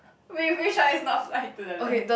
which which one is not fly to the left